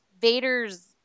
vader's